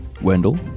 Wendell